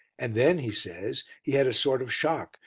and then he says he had a sort of shock,